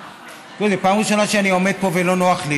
זו פעם ראשונה שאני עומד פה ולא נוח לי,